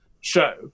show